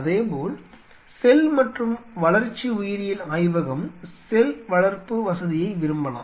அதேபோல செல் மற்றும் வளர்ச்சி உயிரியல் ஆய்வகம் செல் வளர்ப்பு வசதியை விரும்பலாம்